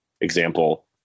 example